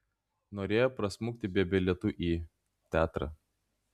norėjo prasmukti be bilietų į teatrą